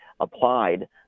applied